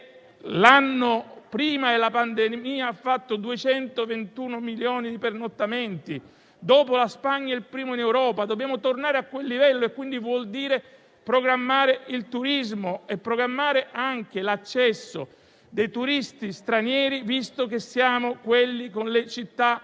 l'anno prima della pandemia aveva registrato 221 milioni di pernottamenti; dopo la Spagna, è il primo in Europa. Dobbiamo tornare a quel livello e questo vuol dire programmare il turismo e anche l'accesso dei turisti stranieri, visto che siamo il Paese con le città